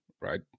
right